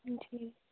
ਹਾਂਜੀ